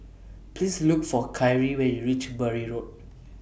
Please Look For Kyree when YOU REACH Bury Road